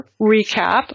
recap